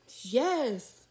yes